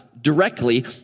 directly